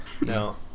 No